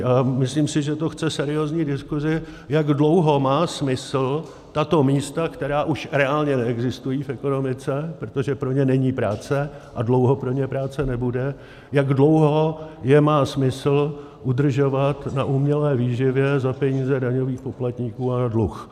A myslím si, že to chce seriózní diskusi, jak dlouho má smysl tato místa, která už reálně neexistují v ekonomice, protože pro ně není práce a dlouho pro ně práce nebude, jak dlouho je má smysl udržovat na umělé výživě za peníze daňových poplatníků a na dluh.